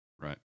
Right